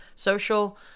social